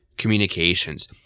communications